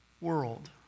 world